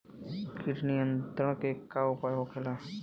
कीट नियंत्रण के का उपाय होखेला?